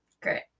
Great